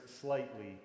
slightly